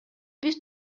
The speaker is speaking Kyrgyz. биз